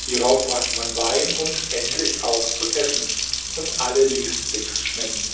hierauf brachte man wein und endlich auch zu essen und alle ließen sich's schmecken